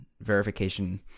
verification